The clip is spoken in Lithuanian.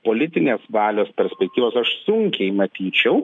politinės valios perspektyvos aš sunkiai matyčiau